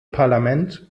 parlament